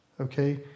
okay